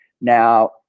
now